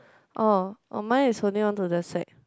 orh orh mine is holding on to the sack